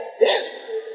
yes